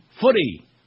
footy